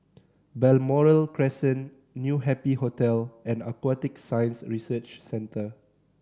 Balmoral Crescent New Happy Hotel and Aquatic Science Research Centre